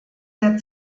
der